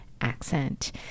accent